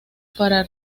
para